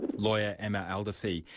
lawyer, emma aldersea.